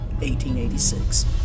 1886